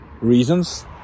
reasons